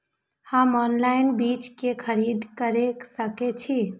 हम ऑनलाइन बीज के खरीदी केर सके छी?